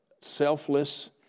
selfless